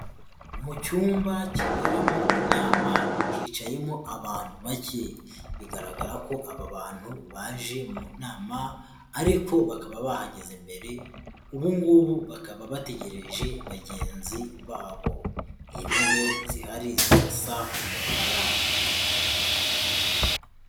Mu cyumba kiberamo inama hicayemo abantu bake, bigaragara ko aba bantu baje mu nama ariko bakaba bahageze mbere ubungubu bakaba bategereje bagenzi babo. Intebe zihari zirasa umukara.